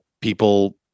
people